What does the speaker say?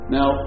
Now